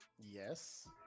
Yes